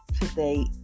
Today